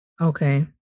Okay